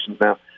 Now